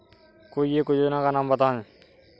कोई एक योजना का नाम बताएँ?